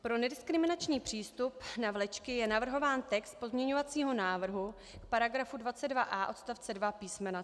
Pro nediskriminační přístup na vlečky je navrhován text pozměňovacího návrhu v § 22a odst. 2 písm. c).